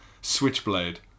switchblade